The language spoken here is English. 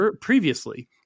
previously